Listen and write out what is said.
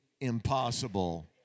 impossible